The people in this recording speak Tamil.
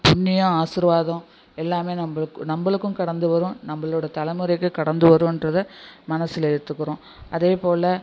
புண்ணியம் ஆசீர்வாதம் எல்லாமே நம்பளுக்கு நம்பளுக்கும் கடந்து வரும் நம்பளோடய தலைமுறைக்கும் கடந்து வருன்றதை மனதுல ஏற்றுக்குறோம் அதேப் போல